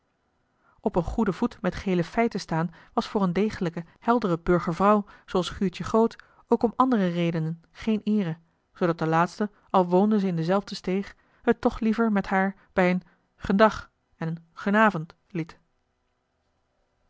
op een goeden voet met gele fij te staan was voor eene degelijke heldere burgervrouw zooals guurtje groot ook om andere redenen geene eere zoodat de laatste al woonde ze in dezelfde steeg het toch liever met haar bij een g'en dag gen en